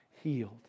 healed